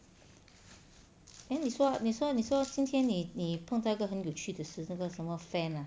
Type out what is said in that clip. then 你说你说你说今天你你碰到一个很有趣的事那个什么 fan ah